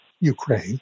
Ukraine